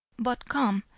but come,